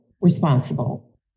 responsible